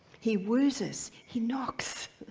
he woes us, he knocks.